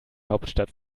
hauptstadt